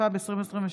התשפ"ב 2022,